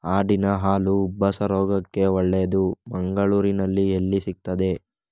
ಆಡಿನ ಹಾಲು ಉಬ್ಬಸ ರೋಗಕ್ಕೆ ಒಳ್ಳೆದು, ಮಂಗಳ್ಳೂರಲ್ಲಿ ಎಲ್ಲಿ ಸಿಕ್ತಾದೆ?